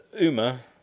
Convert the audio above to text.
Uma